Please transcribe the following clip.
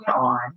on